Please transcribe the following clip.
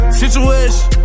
situation